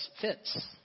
fits